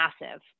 massive